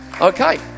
okay